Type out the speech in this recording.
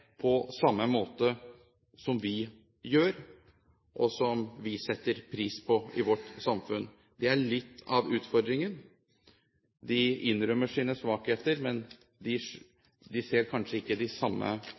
på samme måte som vi gjør, og som vi setter pris på i vårt samfunn. Det er litt av utfordringen. De innrømmer sine svakheter, men de ser kanskje ikke de samme